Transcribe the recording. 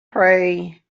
pray